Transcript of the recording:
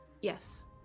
Yes